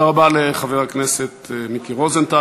רבה לחבר הכנסת מיקי רוזנטל.